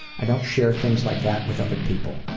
i don't share things like that with other people.